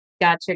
Gotcha